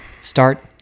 start